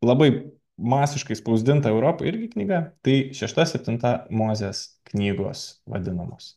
labai masiškai spausdinta europoj irgi knyga tai šešta septinta mozės knygos vadinamos